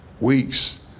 weeks